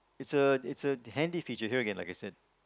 it's a it's a handy feature hear again like you said